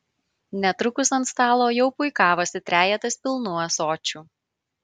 netrukus ant stalo jau puikavosi trejetas pilnų ąsočių